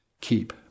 keep